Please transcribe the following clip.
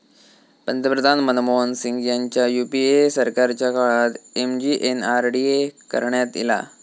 पंतप्रधान मनमोहन सिंग ह्यांच्या यूपीए सरकारच्या काळात एम.जी.एन.आर.डी.ए करण्यात ईला